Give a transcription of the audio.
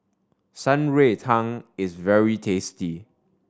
Shan Rui Tang is very tasty